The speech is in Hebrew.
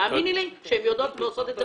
תאמיני לי שהן יודעות ועושות את זה.